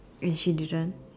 wait shit this one